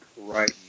right